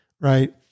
right